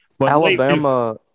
Alabama